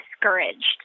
discouraged